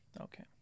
Okay